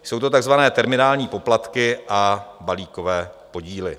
Jsou to takzvané terminální poplatky a balíkové podíly.